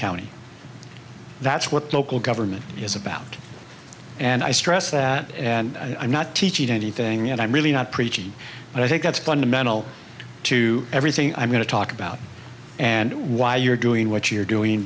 county that's what local government is about and i stress that and i'm not teaching anything and i'm really not preaching and i think that's going to mental to everything i'm going to talk about and why you're doing what you're doing